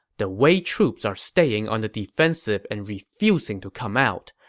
the wei troops are staying on the defensive and refusing to come out.